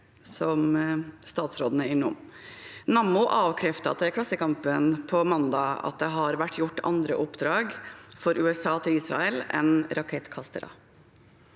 Nammo avkreftet overfor Klassekampen på mandag at det har vært gjort andre oppdrag for USA til Israel enn rakettkastere.